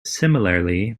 similarly